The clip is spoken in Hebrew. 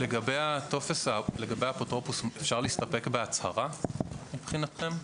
לגבי האפוטרופוס, אפשר להסתפק בהצהרה מבחינתכם?